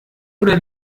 oder